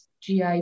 GI